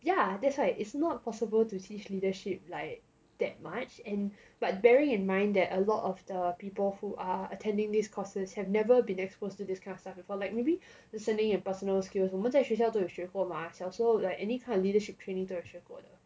ya that's why it's not possible to teach leadership like that much and but bearing in mind that a lot of the people who are attending these courses have never been exposed to this kind of stuff before like maybe listening and personal skills 我们在学校都有学过吗小时候 like any kind of leadership training 都有学过